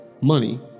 money